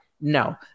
No